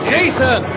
Jason